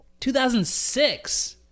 2006